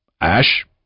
Ash